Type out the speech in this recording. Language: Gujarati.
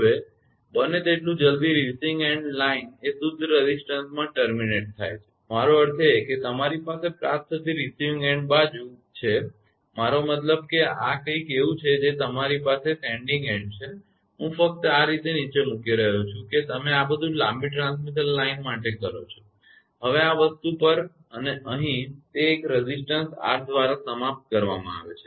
હવે બને તેટલું જલ્દી રિસીવીંગ એન્ડ લાઇન એ શુદ્ધ રેઝિસ્ટન્સમાં ટર્મિનેટ સમાપ્ત થાય છે મારો અર્થ એ છે કે તમારી પાસે પ્રાપ્ત થતી રિસીવીંગ એન્ડ બાજુ છે મારો મતલબ કે આ કંઈક એવું છે જે તમારી પાસે સેન્ડીંગ એન્ડ છે હું ફક્ત આ રીતે નીચે મૂકી રહ્યો છું કે તમે આ બધુ લાંબી ટ્રાન્સમિશન લાઇનમાં માટે કરો છો હવે આ વસ્તુ પર અને અહીં તે એક રેઝિસ્ટન્સ R દ્વારા સમાપ્ત કરવામાં આવે છે